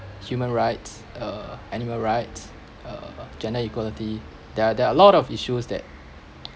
human rights uh animal rights uh gender equality there are there are a lot of issues that